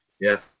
yes